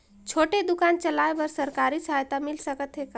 छोटे दुकान चलाय बर सरकारी सहायता मिल सकत हे का?